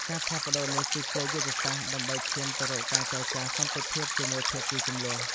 ការផ្លាស់ប្តូរនេះគឺជាយុទ្ធសាស្ត្រដើម្បីឈានទៅរកការចរចាសន្តិភាពជាមួយភាគីជម្លោះ។